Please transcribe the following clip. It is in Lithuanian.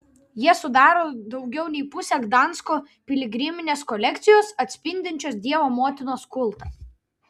jie sudaro daugiau nei pusę gdansko piligriminės kolekcijos atspindinčios dievo motinos kultą